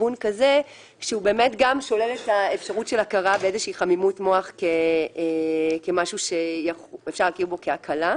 ללכת בכיוון ששולל את ההכרה בחמימות מוח כמשהו שאפשר לראותו כהקלה.